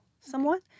somewhat